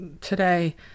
today